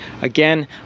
Again